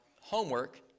homework